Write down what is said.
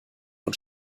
und